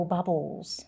bubbles